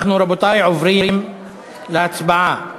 רבותי, אנחנו עוברים להצבעה על